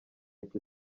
icyo